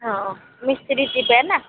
ହଁ ମିସ୍ତ୍ରୀ ଯିବେ ନା